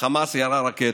כשהחמאס ירה רקטות.